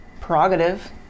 prerogative